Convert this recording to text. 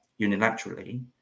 unilaterally